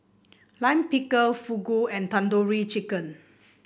Lime Pickle Fugu and Tandoori Chicken